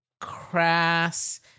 crass